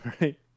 right